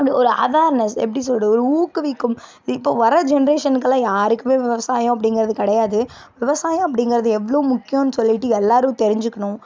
வந்து ஒரு அவேர்னஸ் எப்படி சொல்கிறது ஒரு ஊக்குவிக்கும் இப்போது வர ஜெனெரேஷனுக்கலாம் யாருக்கும் விவசாயம் அப்டிங்கிறது கிடையாது விவசாயம் அப்டிங்கிறது எவ்வளோ முக்கியன்னு சொல்லிட்டு எல்லோரும் தெரிஞ்சுக்கணும்